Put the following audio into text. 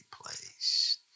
place